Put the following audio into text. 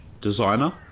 designer